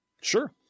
sure